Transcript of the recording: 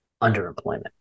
underemployment